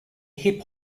hip